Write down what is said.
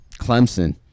Clemson